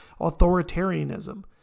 authoritarianism